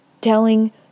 telling